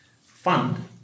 fund